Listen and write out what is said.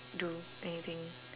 do anything